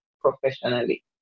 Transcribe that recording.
professionally